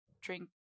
drink